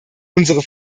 unsere